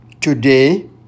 Today